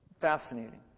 Fascinating